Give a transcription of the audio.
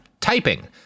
Typing